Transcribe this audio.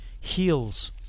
heals